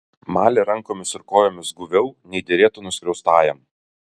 malė rankomis ir kojomis guviau nei derėtų nuskriaustajam